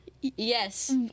Yes